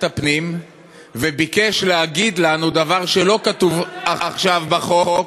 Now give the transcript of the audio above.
הפנים וביקש להגיד לנו דבר שלא כתוב עכשיו בחוק,